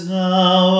now